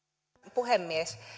puhemies